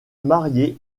marié